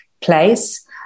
place